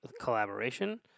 collaboration